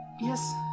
Yes